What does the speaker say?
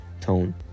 tone